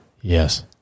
Yes